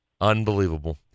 Unbelievable